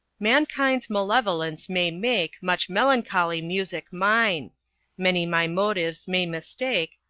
mankind's malevolence may make much melancholy music mine many my motives may mistake,